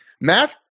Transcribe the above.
Matt